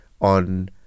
on